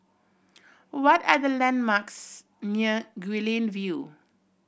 what are the landmarks near Guilin View